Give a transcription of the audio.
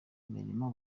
mirimo